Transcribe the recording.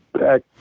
back